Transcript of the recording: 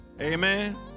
Amen